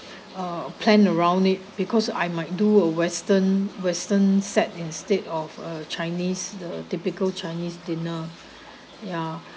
uh plan around it because I might do a western western set instead of a chinese the typical chinese dinner ya